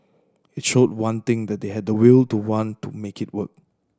it showed one thing that they had the will to want to make it work